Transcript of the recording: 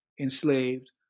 enslaved